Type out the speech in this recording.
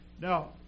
Now